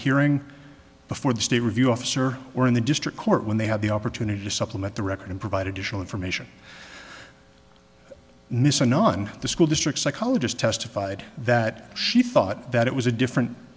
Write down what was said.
hearing before the state review officer or in the district court when they had the opportunity to supplement the record and provide additional information nyssa none of the school district psychologist testified that she thought that it was a different